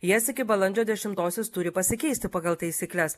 jas iki balandžio dešimtosios turi pasikeisti pagal taisykles